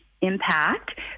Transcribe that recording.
impact